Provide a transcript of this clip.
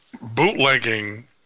bootlegging